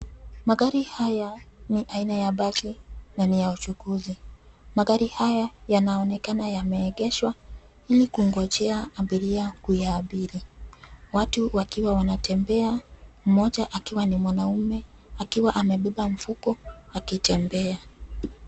Magari haya, ni aina ya basi, na ni ya uchukuzi, magari haya yanaonekana yameegeshwa, ili kungojea abiria kuyaabiri, watu wakiwa wanatembea, mmoja akiwa ni mwanaume, akiwa amebeba mfuko, akitembea.